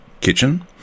kitchen